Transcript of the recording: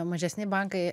mažesni bankai